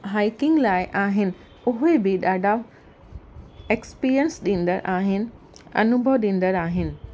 hiking लाइ आहिनि उहे बि ॾाढा एक्सपीरियंस ॾींदड़ आहिनि अनुभव ॾींदड़ आहिनि